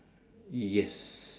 yes